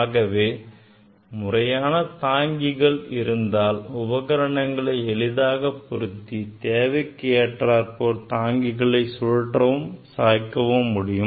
ஆகவே முறையான தாங்கிகள் இருந்தால் உபகரணங்களை எளிதாக பொருத்தி தேவைக்கு ஏற்றார்போல் தாங்கிகளை சுழற்றவும் சாய்க்கவும் முடியும்